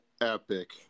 epic